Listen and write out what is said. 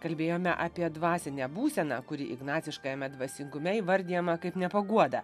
kalbėjome apie dvasinę būseną kuri ignaciškajame dvasingume įvardijama kaip ne paguoda